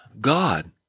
God